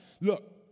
Look